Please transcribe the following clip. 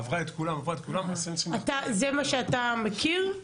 עברה את כולם --- זה מה שאתה מכיר?